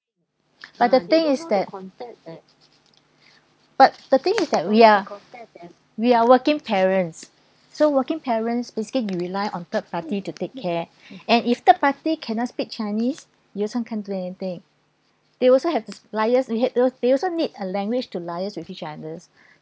but the thing is that but the thing is that we are we are working parents so working parents basically you rely on third party to take care and if third party cannot speak chinese you also can't do anything they also have to liaise with those they also need a language to liaise with each others